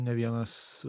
ne vienas